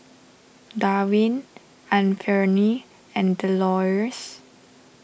Dwain Anfernee and Delores